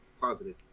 positive